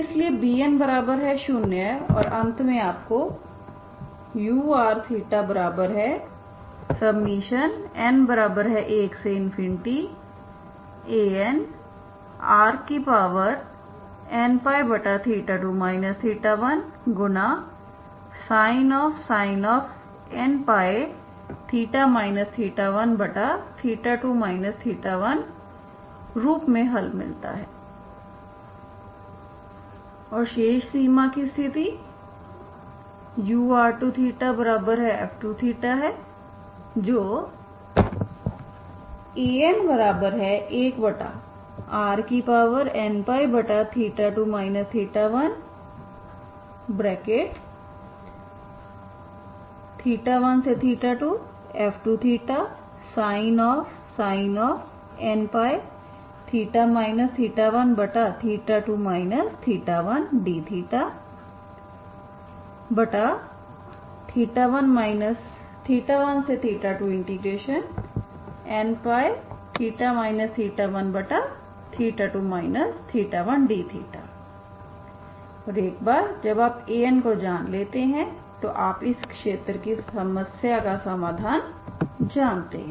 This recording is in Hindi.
इसलिए Bn0 और अंत में आपको urθn1Anrn2 1sin nπθ 12 1रूप में हल मिलता है और शेष सीमा की स्थिति ur2θf2θ है जो An1r2nπ2 112f2θsin nπθ 12 1 dθ12nπθ 12 1 dθ और एक बार जब आप An कोजान लेते हैं तो आप इस क्षेत्र की समस्या का समाधान जानते हैं